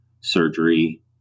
surgery